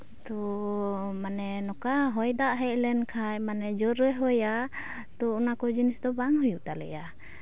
ᱛᱚ ᱢᱟᱱᱮ ᱱᱚᱝᱠᱟ ᱦᱚᱭᱫᱟᱜ ᱦᱮᱡ ᱞᱮᱱ ᱠᱷᱟᱡ ᱢᱟᱱᱮ ᱡᱳᱨᱮ ᱦᱚᱭᱟ ᱛᱚ ᱚᱱᱟ ᱠᱚ ᱡᱤᱱᱤᱥ ᱫᱚ ᱵᱟᱝ ᱦᱩᱭᱩᱜ ᱛᱟᱞᱮᱭᱟ